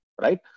right